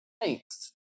Thanks